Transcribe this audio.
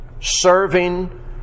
serving